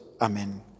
Amen